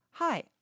Hi